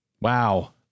Wow